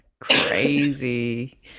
crazy